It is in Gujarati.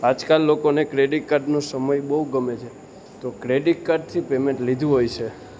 આજકાલ લોકોને ક્રેડિટ કાર્ડનો સમય બહુ ગમે છે તો ક્રેડિટ કાર્ડથી પેમેન્ટ લીધું હોય છે